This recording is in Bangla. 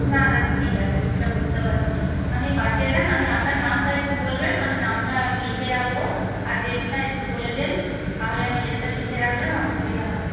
না না ঠিক আছে সেটা বুঝতে পারছি আপনি পাঠিয়ে দিন আমি আপনার নামটা একটু বলবেন আমি নামটা লিখে রাখব আর ডেটটা একটু বলে দিন তাহলে আমি ডেটটা লিখে রাখলে আমার সুবিধা হবে